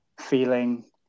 feeling